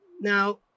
Now